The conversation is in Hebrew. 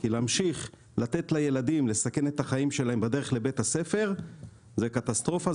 כי להמשיך לתת לילדים לסכן את החיים שלהם בדרך לבית הספר זו קטסטרופה,